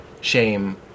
shame